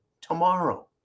tomorrow